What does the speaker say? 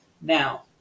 Now